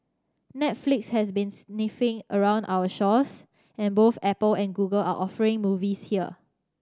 Netflix has been sniffing around our shores and both Apple and Google are offering movies here